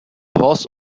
horse